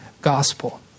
gospel